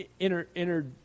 entered